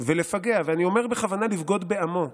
ולפגע, ואני אומר בכוונה "לבגוד בעמו",